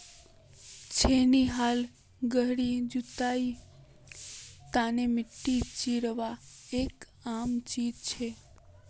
छेनी हाल गहरी जुताईर तने मिट्टी चीरवार एक आम चीज छे